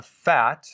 fat